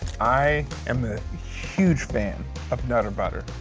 i am a huge fan of nutter butter.